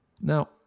Now